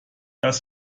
das